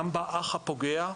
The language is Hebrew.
גם באח הפוגע,